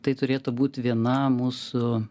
tai turėtų būti viena mūsų